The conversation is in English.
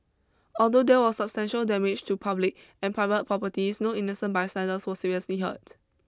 although there was substantial damage to public and private properties no innocent bystanders was seriously hurt